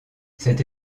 cette